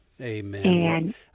Amen